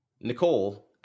Nicole